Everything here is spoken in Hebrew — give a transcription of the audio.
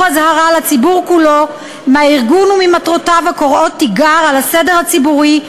אזהרה לציבור כולו מהארגון וממטרותיו הקוראות תיגר על הסדר הציבורי,